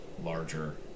larger